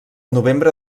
novembre